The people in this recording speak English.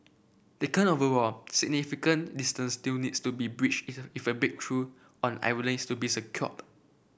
taken overall significant distance still needs to be bridged if a big breakthrough on Ireland is to be